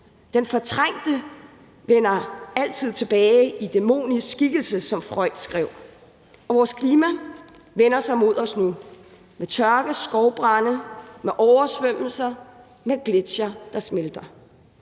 Det fortrængte vender altid tilbage i dæmonisk skikkelse, som Freud skrev. Vores klima vender sig mod os nu med tørke, skovbrande, oversvømmelser og gletsjere, der smelter.